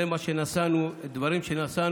זה מה שנשאנו, הדברים שנשאנו.